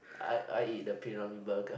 I I eat the P-Ramlee burger